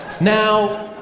Now